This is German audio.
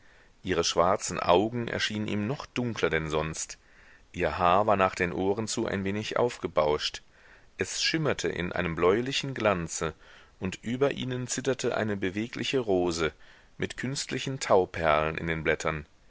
ihre schwarzen augen erschienen ihm noch dunkler denn sonst ihr haar war nach den ohren zu ein wenig aufgebauscht es schimmerte in einem bläulichen glanze und über ihnen zitterte eine bewegliche rose mit künstlichen tauperlen in den blättern